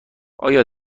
آیا